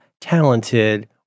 talented